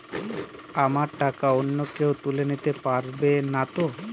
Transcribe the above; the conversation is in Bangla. আমার টাকা অন্য কেউ তুলে নিতে পারবে নাতো?